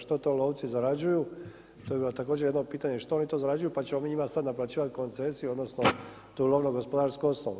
Što to lovci zarađuju, to je bilo također jedno pitanje, što oni to zarađuju pa ćemo mi njima sada naplaćivati koncesiju, odnosno tu lovno gospodarsku osnovu.